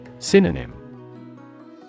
Synonym